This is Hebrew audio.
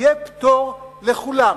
יהיה פטור לכולם,